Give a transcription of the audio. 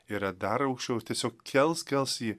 yra dar aukščiau tiesiog kels kels jį